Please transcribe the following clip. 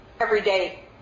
everyday